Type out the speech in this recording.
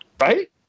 Right